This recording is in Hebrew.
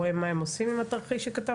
רואה מה הם עושים עם התרחיש שכתבת?